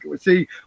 see